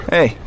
Hey